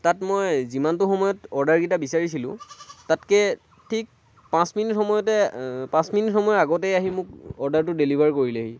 তাত মই যিমানটো সময়ত অৰ্ডাৰকেইটা বিচাৰিছিলোঁ তাতকৈ ঠিক পাঁচ মিনিট সময়তে পাঁচ মিনিট সময়ৰ আগতে আহি মোক অৰ্ডাৰটো ডেলিভাৰ কৰিলেহি